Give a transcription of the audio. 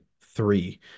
three